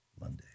Monday